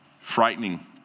frightening